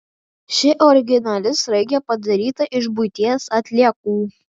ši originali sraigė padaryta iš buities atliekų